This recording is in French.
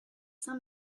saint